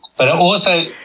but also,